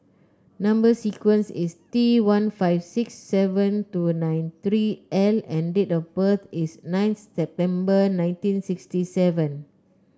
number sequence is T one five six seven two nine three L and date of birth is nine September nineteen sixty seven